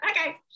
okay